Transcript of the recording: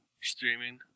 streaming